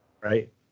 Right